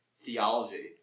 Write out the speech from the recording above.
theology